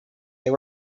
they